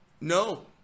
No